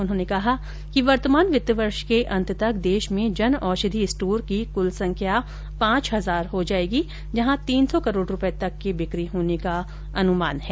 उन्होंने कहा कि वर्तमान वित्त वर्ष के अंत तक देश में जनऔषधि स्टोर की कुल संख्या पांच हजार हो जायेगी जहां तीन सौ करोड़ रुपये तक की बिक्री होने का अनुमान है